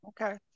okay